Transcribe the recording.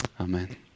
amen